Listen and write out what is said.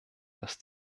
dass